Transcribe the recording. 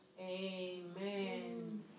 Amen